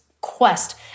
quest